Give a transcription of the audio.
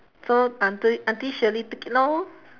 so auntie auntie shirley take it lor